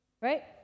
right